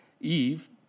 Eve